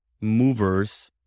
movers